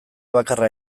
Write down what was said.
bakarra